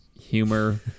humor